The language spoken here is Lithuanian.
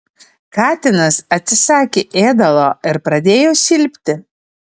katinas atsisakė ėdalo ir pradėjo silpti